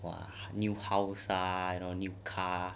!wah! new house ah you know new car ah